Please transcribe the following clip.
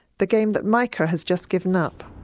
the game that mica has just given up.